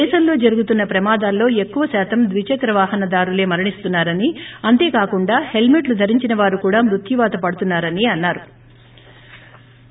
దేశంలో జరుగుతున్న ప్రమాదాల్లో వక్కువ శాతం ద్విదక్ర వాహన దారులే మరణిస్తున్నారని అంతే కాకుండా హెల్మెట్లు ధరించిన వారు కూడా మృత్యువాత పడుతున్నా రని అన్నా రు